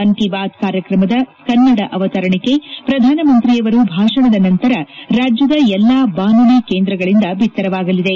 ಮನ್ ಕಿ ಬಾತ್ ಕಾರ್ಯಕ್ರಮದ ಕನ್ನಡ ಅವತರಣಿಕೆ ಪ್ರಧಾನಮಂತ್ರಿಯವರು ಭಾಷಣದ ನಂತರ ರಾಜ್ಯದ ಎಲ್ಲಾ ಬಾನುಲಿ ಕೇಂದ್ರಗಳಿಂದ ಬಿತ್ತರವಾಗಲಿದೆ